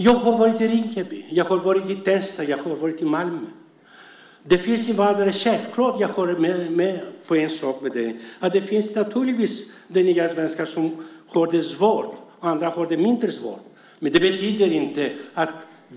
Jag har varit i Rinkeby, Tensta och Malmö. Jag håller självklart med dig om en sak: Det finns naturligtvis nya svenskar som har det svårt. Andra har det mindre svårt.